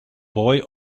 boy